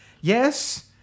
Yes